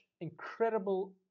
incredible